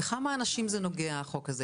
בכמה אנשים נוגע החוק הזה?